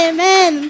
Amen